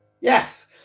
Yes